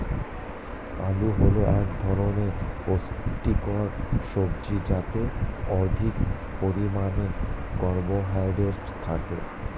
আলু হল এক ধরনের পুষ্টিকর সবজি যাতে অধিক পরিমাণে কার্বোহাইড্রেট থাকে